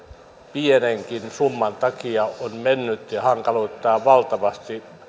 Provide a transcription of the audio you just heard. pienenkin summan takia on mennyt ja hankaloittaa valtavasti